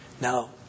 now